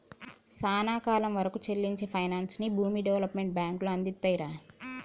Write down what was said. సానా కాలం వరకూ సెల్లించే పైనాన్సుని భూమి డెవలప్మెంట్ బాంకులు అందిత్తాయిరా